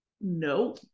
no